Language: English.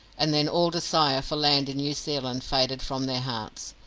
and then all desire for land in new zealand faded from their hearts.